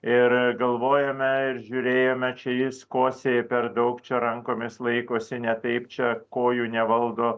ir galvojome ir žiūrėjome čia jis kosėja per daug čia rankomis laikosi ne taip čia kojų nevaldo